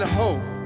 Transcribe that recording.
hope